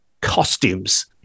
costumes